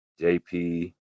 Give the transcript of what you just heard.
JP